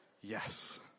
Yes